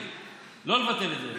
אם נקבל את האמון,